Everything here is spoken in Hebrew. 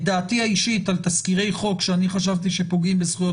את דעתי האישית על תזכירי חוק שאני חשבתי שפוגעים בזכויות